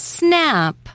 Snap